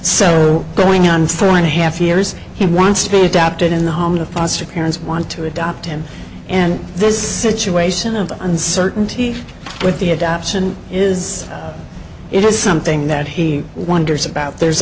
so going on for on a half years he wants to be adapted in the home to foster parents want to adopt him and this situation of uncertainty with the adoption is it is something that he wonders about there's